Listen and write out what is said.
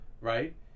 Right